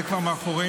זה כבר מאחורינו.